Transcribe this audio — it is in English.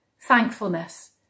thankfulness